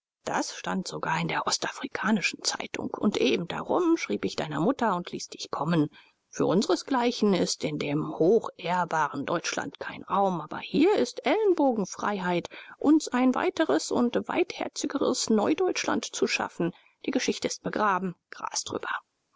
das stand sogar in der ostafrikanischen zeitung und eben darum schrieb ich deiner mutter und ließ dich kommen für unsresgleichen ist in dem hochehrbaren deutschland kein raum aber hier ist ellenbogenfreiheit uns ein weiteres und weitherzigeres neudeutschland zu schaffen die geschichte ist begraben gras drüber